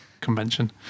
convention